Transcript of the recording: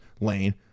Lane